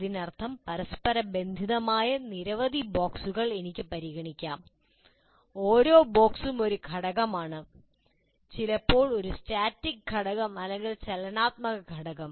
അതിനർത്ഥം പരസ്പരബന്ധിതമായ നിരവധി ബോക്സുകൾ എനിക്ക് പരിഗണിക്കാം ഓരോ ബോക്സും ഒരു ഘടകമാണ് ചിലപ്പോൾ ഒരു സ്റ്റാറ്റിക് ഘടകം അല്ലെങ്കിൽ ചലനാത്മക ഘടകം